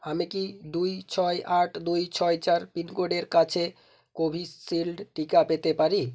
আমি কি দুই ছয় আট দুই ছয় চার পিনকোডের কাছে কোভিশিল্ড টিকা পেতে পারি